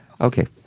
Okay